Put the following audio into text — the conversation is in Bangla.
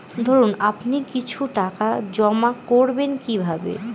ধরুন আপনি কিছু টাকা জমা করবেন কিভাবে?